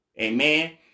Amen